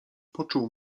poczuł